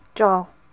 ꯆꯥꯎ